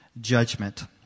judgment